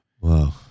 Wow